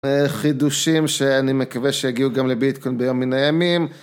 חידושים שאני מקווה שיגיעו גם לביטקוין ביום מן הימים.